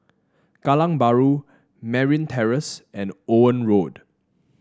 Kallang Bahru Merryn Terrace and Owen Road